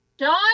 John